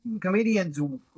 comedians